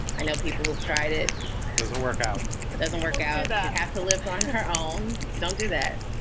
i know people will try to. it doesn't work out. it doesn't work out. i have to live on her own. don't do that.